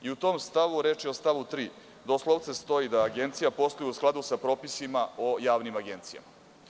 U tom stavu, reč je o stavu 3, do slovce stoji da agencija posluje u skladu sa propisima o javnim agencijama.